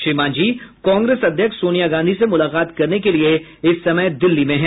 श्री मांझी कांग्रेस अध्यक्ष सोनिया गांधी से मुलाकात करने के लिए इस समय दिल्ली में है